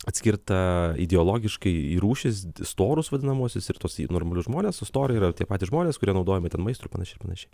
atskirta ideologiškai į rūšis storūs vadinamuosius ir tuos į normalius žmones su stora yra tie patys žmonės kurie naudojami ten maistui ir panašiai ir panašiai